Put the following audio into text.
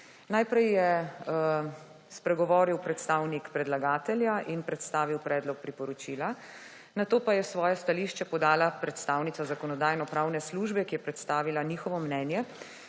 Najprej je spregovoril predstavnik predlagatelja in predstavil predlog priporočila. Nato pa je svoje stališče podala predstavnica Zakonodajno-pravne službe, ki je predstavila njihovo mnenje